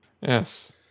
Yes